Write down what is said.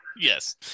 Yes